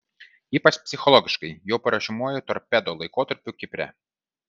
ypač psichologiškai jau paruošiamuoju torpedo laikotarpiu kipre